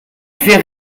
fait